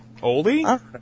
Oldie